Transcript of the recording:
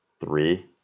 three